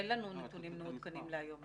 אין לנו נתונים מעודכנים להיום.